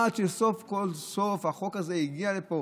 עד שסוף כל סוף החוק הזה הגיע לפה,